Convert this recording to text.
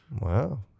Wow